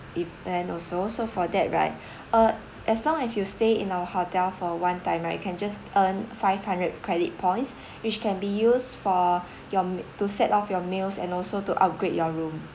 event also so for that right uh as long as you stay in our hotel for one time right you can just earn five hundred credit points which can be used for your to set off your meals and also to upgrade your room